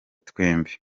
twembi